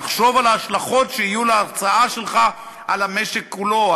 תחשוב על ההשלכות שיהיו להצעה שלך על המשק כולו,